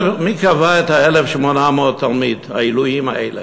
מי קבע 1,800 תלמידים, העילויים האלה?